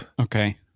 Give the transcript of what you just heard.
Okay